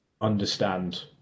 understand